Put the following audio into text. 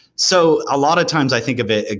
so a lot of times i think of it,